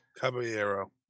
Caballero